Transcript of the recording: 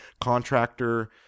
contractor